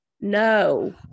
No